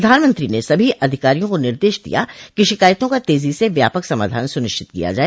प्रधानमंत्री ने सभी अधिकारियों को निर्देश दिया कि शिकायतों का तेजी से व्यापक समाधान सुनिश्चित किया जाए